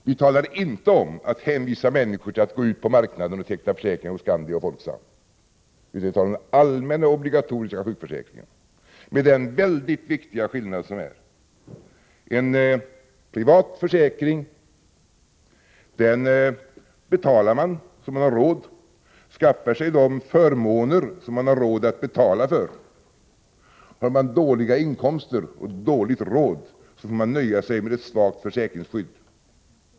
Vi talar inte om att hänvisa människor till att gå ut på marknaden och teckna försäkringar hos Skandia och Folksam, utan vi talar om den allmänna obligatoriska sjukförsäkringen — med den mycket viktiga skillnad som finns. För en privat försäkring betalar man vad man har råd, skaffar sig de förmåner man har råd att betala för. Har man dåliga inkomster och dålig råd får man nöja sig med ett svagt försäkringsskydd.